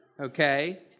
Okay